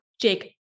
Jake